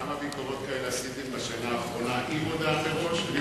את יכולה להגיד כמה ביקורות כאלה עשיתם בשנה האחרונה עם הודעה מראש?